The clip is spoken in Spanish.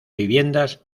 viviendas